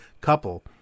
couple